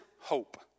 hope